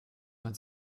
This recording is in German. man